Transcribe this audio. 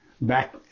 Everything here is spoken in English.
back